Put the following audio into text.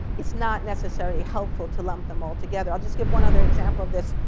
it's not necessarily helpful to lump them all together. i'll just give one other example of this.